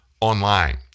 online